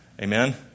Amen